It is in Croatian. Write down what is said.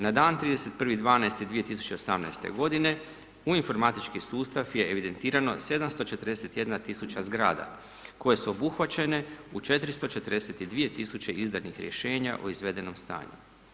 Na dan 31.12.2018. godine u informatički sustav je evidentirano 741 tisuća zgrada koje su obuhvaćene u 442 tisuće izdanih rješenja o izvedenom stanju.